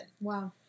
Wow